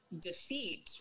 defeat